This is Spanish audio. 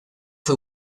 fue